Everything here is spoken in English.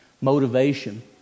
Motivation